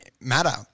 matter